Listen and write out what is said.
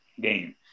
game